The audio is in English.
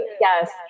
yes